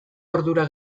ordura